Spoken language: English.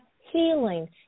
healing